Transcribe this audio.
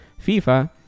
FIFA